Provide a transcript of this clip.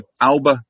ALBA